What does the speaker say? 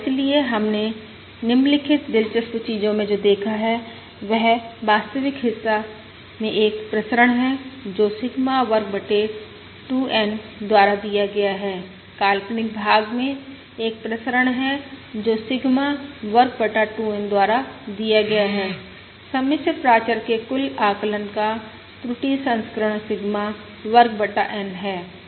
और इसलिए हमने निम्नलिखित दिलचस्प चीजों में जो देखा है वह वास्तविक हिस्सा में एक प्रसरण है जो सिग्मा वर्ग बटा 2N द्वारा दिया गया है काल्पनिक भाग में एक प्रसरण है जो सिग्मा वर्ग बटा 2N द्वारा दिया गया है सम्मिश्र प्राचर के कुल आकलन का त्रुटि संस्करण सिग्मा वर्ग बटा N है